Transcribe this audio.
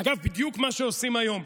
אגב, בדיוק מה שעושים היום.